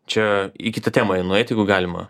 čia į kitą temą nueit jeigu galima